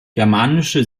germanische